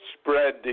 spread